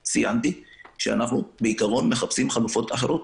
למה אדוני לא מדבר על זה שמסתובבים בינינו,